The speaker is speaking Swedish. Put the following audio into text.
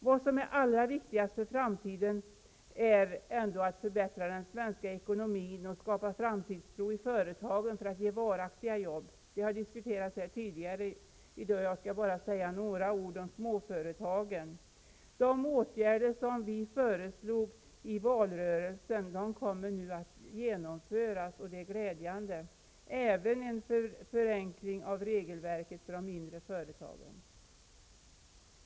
Det som är allra viktigast för framtiden är att förbättra den svenska ekonomin och skapa framtidstro i företagen så att de ger varaktiga jobb. Det har diskuterats tidigare i dag och jag skall bara säga några ord om småföretagen. De åtgärder som vi föreslog i valrörelsen kommer nu att genomföras. Det är glädjande. Detta gäller även en förenkling av regelverket för de mindre företagen.